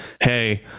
hey